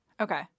Okay